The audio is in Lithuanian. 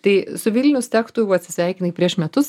tai su vilnius tech tu jau atsisveikinai prieš metus